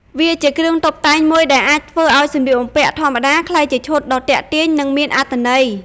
វាជាគ្រឿងតុបតែងមួយដែលអាចធ្វើឲ្យសម្លៀកបំពាក់ធម្មតា ក្លាយជាឈុតដ៏ទាក់ទាញ និងមានអត្ថន័យ។